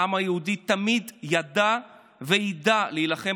העם היהודי תמיד יָדע ויֵדע להילחם